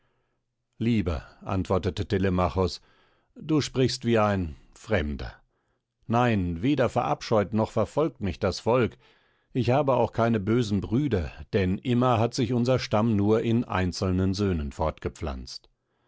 lieber antwortete telemachos du sprichst wie ein fremder nein weder verabscheut noch verfolgt mich das volk ich habe auch keine bösen brüder denn immer hat sich unser stamm nur in einzelnen söhnen fortgepflanzt